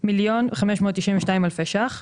1,592,000 ₪.